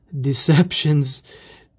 deceptions